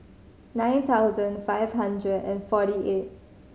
nine thousand five hundred and forty eight